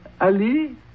Ali